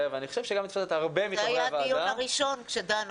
ואני חושב שצריך להיות --- זה היה הדיון הראשון שדנו